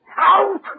Out